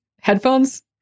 headphones